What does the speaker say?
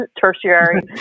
tertiary